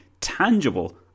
tangible